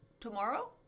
tomorrow